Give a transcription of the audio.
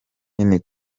nini